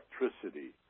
electricity